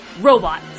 Robot